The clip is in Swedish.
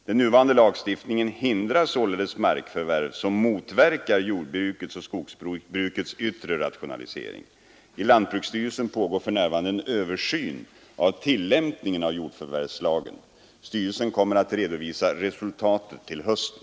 Den nuvarande lagstiftningen hindrar således markförvärv som motverkar jordbrukets och skogsbrukets yttre rationalisering. I lantbruksstyrelsen pågår för närvarande en översyn av tillämpningen av jordförvärvslagen. Styrelsen kommer att redovisa resultatet till hösten.